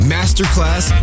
Masterclass